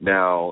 Now